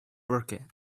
burkett